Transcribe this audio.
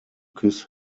kiss